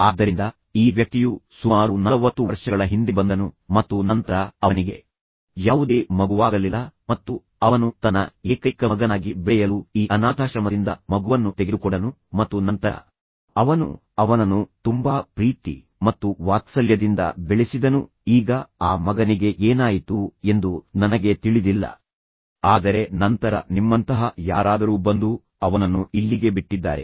ಆದ್ದರಿಂದ ಈ ವ್ಯಕ್ತಿಯು ಸುಮಾರು 40 ವರ್ಷಗಳ ಹಿಂದೆ ಬಂದನು ಮತ್ತು ನಂತರ ಅವನಿಗೆ ಯಾವುದೇ ಮಗುವಾಗಲಿಲ್ಲ ಮತ್ತು ಅವನು ತನ್ನ ಏಕೈಕ ಮಗನಾಗಿ ಬೆಳೆಯಲು ಈ ಅನಾಥಾಶ್ರಮದಿಂದ ಮಗುವನ್ನು ತೆಗೆದುಕೊಂಡನು ಮತ್ತು ನಂತರ ಅವನು ಅವನನ್ನು ತುಂಬಾ ಪ್ರೀತಿ ಮತ್ತು ವಾತ್ಸಲ್ಯದಿಂದ ಬೆಳೆಸಿದನು ಈಗ ಆ ಮಗನಿಗೆ ಏನಾಯಿತು ಎಂದು ನನಗೆ ತಿಳಿದಿಲ್ಲ ಆದರೆ ನಂತರ ನಿಮ್ಮಂತಹ ಯಾರಾದರೂ ಬಂದು ಅವನನ್ನು ಇಲ್ಲಿಗೆ ಬಿಟ್ಟಿದ್ದಾರೆ